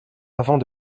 avant